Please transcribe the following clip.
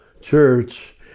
church